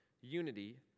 Unity